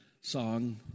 song